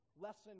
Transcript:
lesson